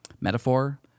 metaphor